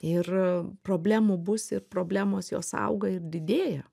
ir problemų bus ir problemos jos auga ir didėja